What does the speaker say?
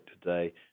Today